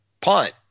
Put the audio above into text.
punt